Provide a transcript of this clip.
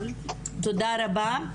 תודה רבה.